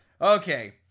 okay